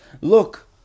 Look